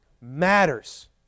matters